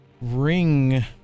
ring